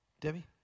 Debbie